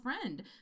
friend